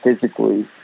physically